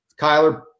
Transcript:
Kyler